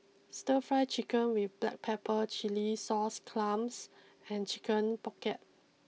Stir Fry Chicken with Black Pepper Chilli Sauce Clams and Chicken pocket